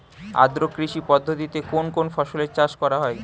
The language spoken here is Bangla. আদ্র কৃষি পদ্ধতিতে কোন কোন ফসলের চাষ করা হয়?